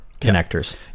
connectors